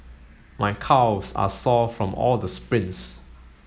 my calves are sore from all the sprints